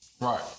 Right